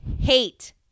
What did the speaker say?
hate